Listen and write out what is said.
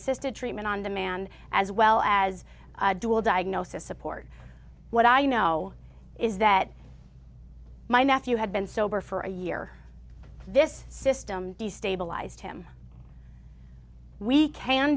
assisted treatment on demand as well as dual diagnosis support what i know is that my nephew had been sober for a year this system destabilized him we can